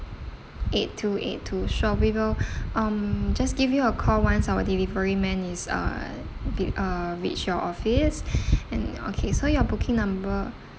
eight two eight two sure we will um just give you a call once our delivery man is uh rea~ uh reach your office and okay so your booking number